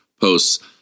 posts